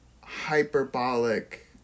hyperbolic